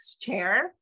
chair